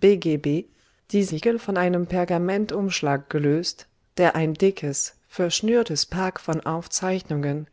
bgb die siegel von einem pergamentumschlag gelöst der ein dickes verschnürtes pack von aufzeichnungen